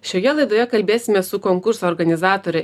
šioje laidoje kalbėsimės su konkurso organizatore